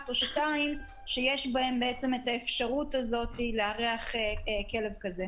או שתיים שיש בהן האפשרות לארח כלב כזה.